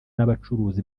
n’abacuruza